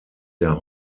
der